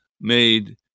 made